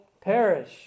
perish